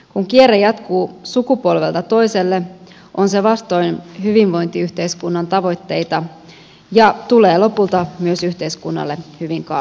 kun kierre jatkuu sukupolvelta toiselle on se vastoin hyvinvointiyhteiskunnan tavoitteita ja tulee lopulta myös yhteiskunnalle hyvin kalliiksi